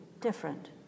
different